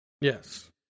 Yes